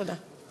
תודה.